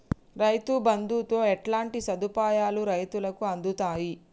రైతు బంధుతో ఎట్లాంటి సదుపాయాలు రైతులకి అందుతయి?